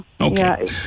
Okay